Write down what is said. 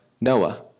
Noah